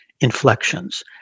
inflections